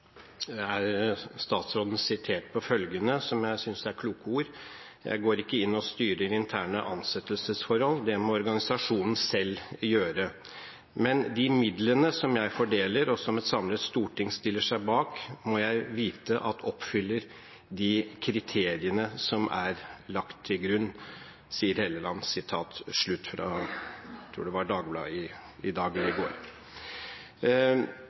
er statsråden sitert på følgende, som jeg synes er kloke ord: «Jeg går ikke inn og styrer interne ansettelsesforhold, det må organisasjonen selv gjøre. Men de midlene som jeg fordeler og som et samla storting stiller seg bak, må jeg vite at oppfyller de kriteriene som er lagt til grunn.» Spørsmålet da er: Opplever statsråden etter det